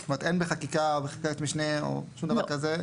זאת אומרת אין בחקיקה או בחקיקת משנה או שום דבר כזה.